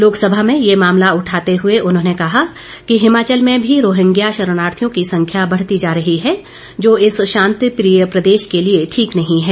लोकसभा में ये मामला उठाते हुए उन्होंने कहा कि हिमाचल प्रदेश में भी रोहिंग्या शरणार्थियों की संख्या बढ़ती जा रही है जो इस शांतिप्रिय प्रदेश के लिए ठीक नही है